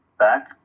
back